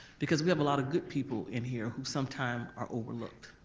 because we have a lot of good people in here who sometime are overlooked.